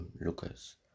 Lucas